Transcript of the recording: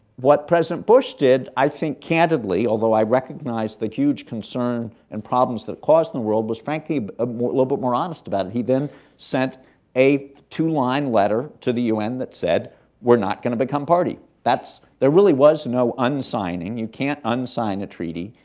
what president bush did, i think, candidly although i recognize the huge concern and problems that it caused in the world was frankly ah a little bit more honest about it. he then sent a two-line letter to the u n. that said we're not going to become party. that's there really was no unsigning you can't unsign a treaty.